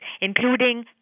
including